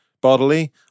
bodily